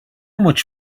much